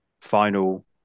final